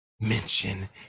mention